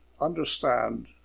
understand